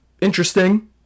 interesting